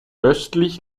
östlich